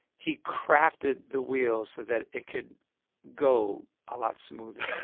he crafted the wheel so that it could go a lot smoother